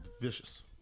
vicious